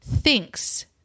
thinks